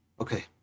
okay